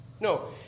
No